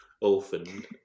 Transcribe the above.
orphaned